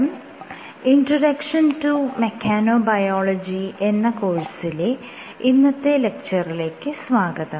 'introduction to mechanobiology' എന്ന കോഴ്സിലെ ഇന്നത്തെ ലെക്ച്ചറിലേക്ക് സ്വാഗതം